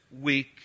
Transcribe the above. week